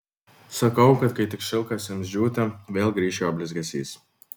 sakau kad kai tik šilkas ims džiūti vėl grįš jo blizgesys